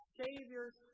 saviors